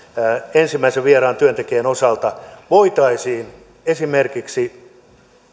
ensimmäisen vieraan työntekijän osalta voitaisiin esimerkiksi